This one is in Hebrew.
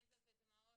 יזע ודמעות,